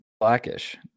blackish